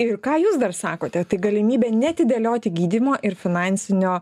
ir ką jūs dar sakote tai galimybė neatidėlioti gydymo ir finansinio